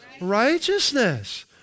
Righteousness